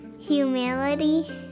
humility